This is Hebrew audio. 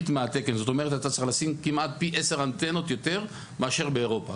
זאת אומרת אתה צריך לשים כמעט פי עשר אנטנות יותר מאשר באירופה,